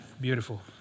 Beautiful